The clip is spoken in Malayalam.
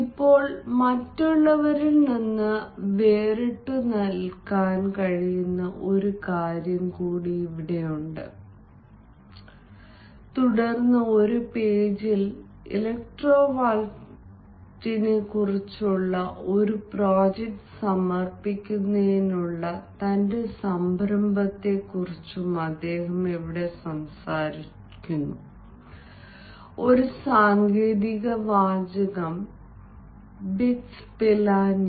ഇപ്പോൾ മറ്റുള്ളവരിൽ നിന്ന് വേറിട്ടുനിൽക്കാൻ കഴിയുന്ന ഒരു കാര്യം കൂടി ഇവിടെയുണ്ട് തുടർന്ന് ഒരു പോജിയിൽ ഇലക്ട്രോ വാൽട്ടിനെക്കുറിച്ചുള്ള ഒരു പ്രോജക്റ്റ് സമർപ്പിക്കുന്നതിനുള്ള തന്റെ സംരംഭത്തെക്കുറിച്ചും അദ്ദേഹം സംസാരിക്കുന്നു ഒരു സാങ്കേതിക വാചകം ബിറ്റ്സ് പിലാനി